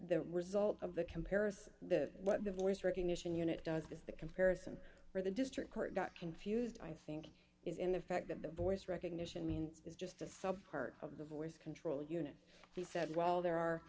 the result of the comparison that what the voice recognition unit does is the comparison for the district court got confused i think is in the fact that the voice recognition means is just a sub part of the voice control unit he said well there are